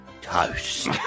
toast